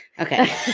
Okay